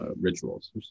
rituals